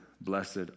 blessed